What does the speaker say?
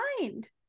mind